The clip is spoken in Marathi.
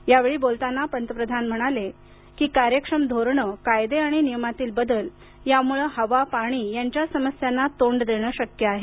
या वेळी बोलताना पंतप्रधान नरेंद्र मोदी म्हणाले की कार्यक्षम धोरणं कायदे आणि नियमातील बदल यामुळं हवा पाणी यांच्या समस्यांना तोंड देणं शक्य आहे